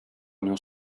unió